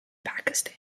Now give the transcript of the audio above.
pakistan